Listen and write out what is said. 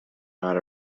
not